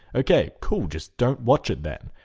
okay, cool, just don't watch it then.